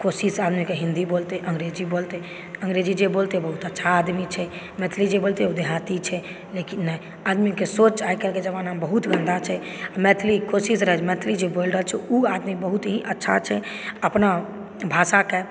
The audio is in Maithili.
कोशिश आदमीके हिन्दी बोलतै अङ्ग्रेजी बोलतै अङ्ग्रेजी जे बोलतै बहुत अच्छा आदमी छै मैथिली जे बोलतै ओ देहाती छै लेकिन नहि आदमीके सोच आइकाल्हिके जमानामे बहुत गन्दा छै मैथिली कोशिश रहय जे मैथिली जे बोलि रहल छै ओ आदमी बहुत ही अच्छा छै अपना भाषाकेँ